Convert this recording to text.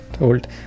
old